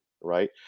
Right